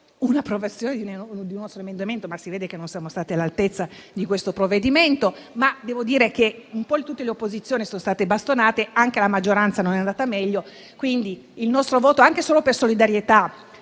approvazione di nostri emendamenti: si vede che non siamo stati all'altezza di questo provvedimento, anche se devo dire che un po' tutte le opposizioni sono state bastonate ed anche alla maggioranza non è andata meglio. Quindi il nostro voto, anche solo per solidarietà